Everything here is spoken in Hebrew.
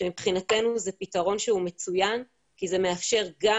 שמבחינתנו זה פתרון שהוא מצוין כי זה מאפשר גם